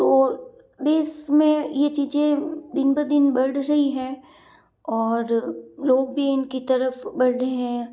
तो देश में यह चीज़ें दिन ब दिन बढ़ रही हैं और लोग भी इनकी तरफ बढ़ रहे हैं